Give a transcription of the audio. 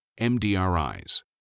MDRIs